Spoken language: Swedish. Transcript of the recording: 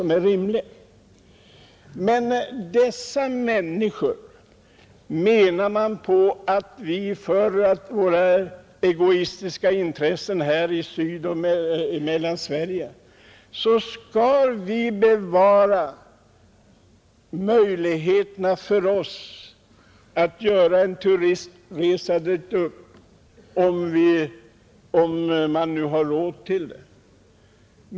Man menar på att vi här i Sydoch Mellansverige för våra egoistiska intressens skull skall bevara möjligheterna för oss att göra turistresor dit upp, om vi nu har råd till det.